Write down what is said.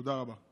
תודה רבה.